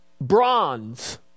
bronze